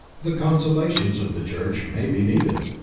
the consolations of the church may be needed.